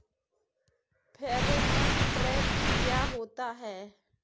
Pheromone trap क्या होता है?